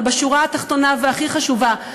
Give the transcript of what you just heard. אבל בשורה התחתונה והכי חשובה,